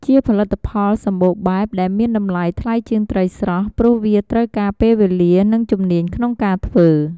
ជាផលិតផលសម្បូរបែប ដែលមានតម្លៃថ្លៃជាងត្រីស្រស់ ព្រោះវាត្រូវការពេលវេលា និងជំនាញក្នុងការធ្វើ។